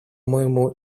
моему